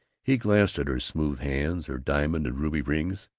he glanced at her smooth hands, her diamond and ruby rings.